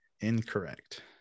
incorrect